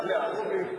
הודעת בנק לבעל החשבון),